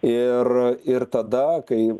ir ir tada kai